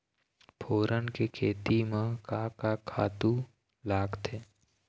फोरन के खेती म का का खातू लागथे?